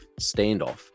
standoff